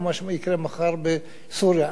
או מה יקרה מחר בסוריה.